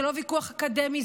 זה לא ויכוח אקדמי,